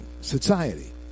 society